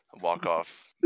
walk-off